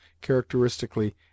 characteristically